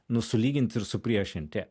nu sulygint ir supriešinti